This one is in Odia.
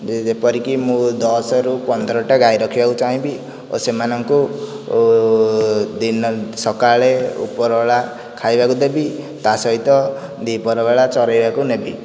ଯେପରିକି ମୁଁ ଦଶରୁ ପନ୍ଦରଟା ଗାଈ ରଖିବାକୁ ଚାହିଁବି ଓ ସେମାନଙ୍କୁ ଦିନ ସକାଳେ ଉପର ବେଳା ଖାଇବାକୁ ଦେବି ତାସହିତ ଦ୍ୱିପହର ବେଳା ଚରାଇବାକୁ ନେବି